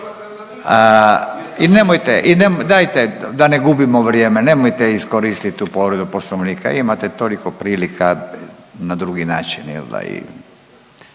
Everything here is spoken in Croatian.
I nemojte, dajte da ne gubimo vrijeme, nemojte iskoristiti tu povredu Poslovnika. Imate toliko prilika na drugi način